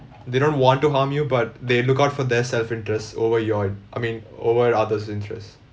they don't want to harm you but they look out for their self interest over your I mean over others' interest